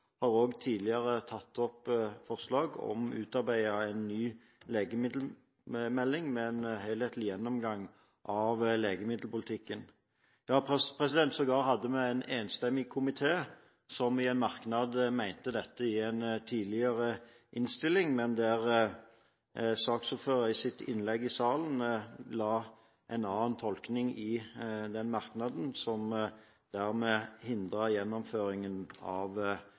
har også tidligere tatt opp forslag om å utarbeide en ny legemiddelmelding med en helhetlig gjennomgang av legemiddelpolitikken. Ja, sågar hadde vi en enstemmig komité som i en merknad mente dette i en tidligere innstilling, men saksordføreren la i sitt innlegg i salen en annen tolkning i den merknaden, noe som hindret gjennomføringen av